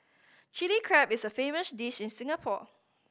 Chilli Crab is a famous dish in Singapore